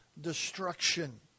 destruction